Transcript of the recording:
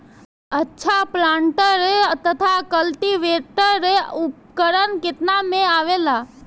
अच्छा प्लांटर तथा क्लटीवेटर उपकरण केतना में आवेला?